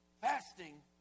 Fasting